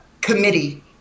committee